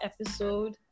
episode